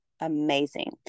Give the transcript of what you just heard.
amazing